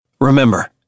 Remember